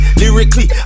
lyrically